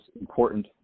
important